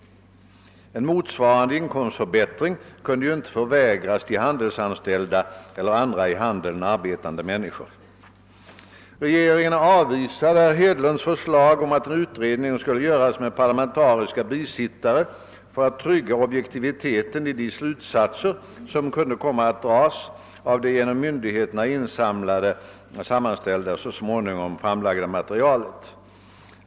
En motsvarande inkomstförbättring kunde ju inte förvägras de handelsanställda eller andra i handeln arbetande människor, Regeringen avvisade herr Hedlunds förslag att en utredning skulle företagas med parlamentariska bisittare för att trygga objektiviteten i de slutsatser som kunde komma att dragas av det genom myndigheterna insamlade, sammanställda och så småningom framlagda materialet.